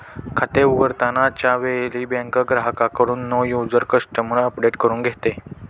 खाते उघडताना च्या वेळी बँक ग्राहकाकडून नो युवर कस्टमर अपडेट करून घेते